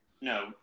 No